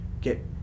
get